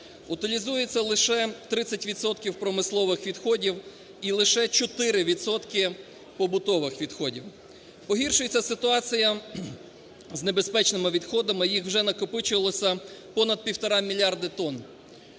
Утилізується лише 30 відсотків промислових відходів, і лише 4 відсотки побутових відходів. Погіршується ситуація з небезпечними відходами, їх вже накопичилося понад 1,5 мільярди тонн,